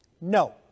No